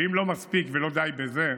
ואם לא מספיק ולא די בזה,